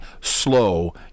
slow